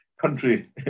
country